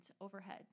overhead